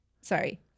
sorry